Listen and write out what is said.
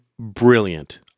Brilliant